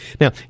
Now